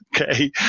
Okay